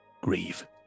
grieve